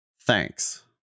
Thanks